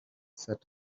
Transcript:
said